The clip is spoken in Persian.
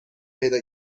پیدا